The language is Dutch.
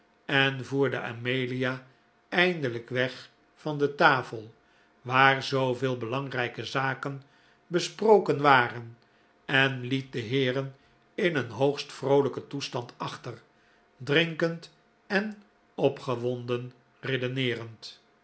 en voerde amelia eindelijk weg van de tafel waar zooveel belangrijke zaken besproken waren en liet de heeren in een hoogst vroolijken toestand achter drinkend en opgewonden redeneerend